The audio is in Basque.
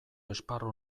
esparru